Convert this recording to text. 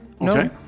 Okay